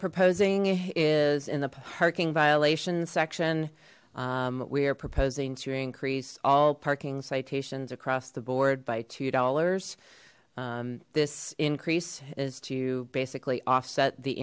proposing is in the parking violations section we are proposing to increase all parking citations across the board by two dollars this increase is to basically offset the